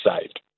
saved